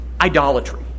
idolatry